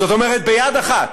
זאת אומרת, ביד אחת,